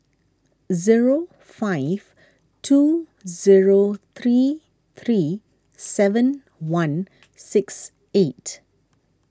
zero five two zero three three seven one six eight